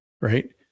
right